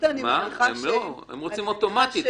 הם רוצים אוטומטית.